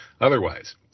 otherwise